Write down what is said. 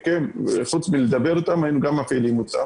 חוץ מלדבר אותם היינו גם מפעילים אותם